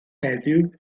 heddiw